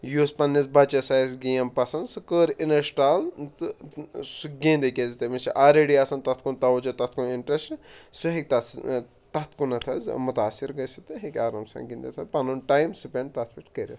یُس پَنٛنِس بَچَس آسہِ گیم پَسنٛد سُہ کٔر اِنَشٹال تہٕ سُہ گِنٛدِ کیازِ تٔمِس چھِ آلرٮ۪ڈی آسان تَتھ کُن توجہ تَتھ کُن اِنٹرٛسٹ سُہ ہیٚکہِ تَس تَتھ کُنَتھ حظ مُتٲثر گٔژھتھ تہٕ ہیٚکہِ آرام سان گِنٛدِتھ پَنُن ٹایم سِپٮ۪نٛڈ تَتھ پٮ۪ٹھ کٔرِتھ